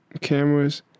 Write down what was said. cameras